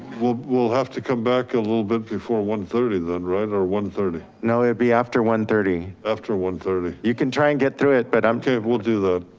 we'll we'll have to come back a little bit before one thirty then, right. or one thirty no, it'd be after one thirty. after one thirty. you can try and get through it, but i'm okay we'll do that.